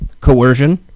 coercion